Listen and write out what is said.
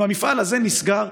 אם המפעל הזה נסגר,